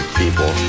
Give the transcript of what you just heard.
people